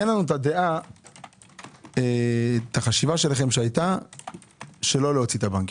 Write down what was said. תן לנו את החשיבה שלכם שהייתה לא להוציא את הבנקים.